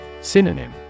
Synonym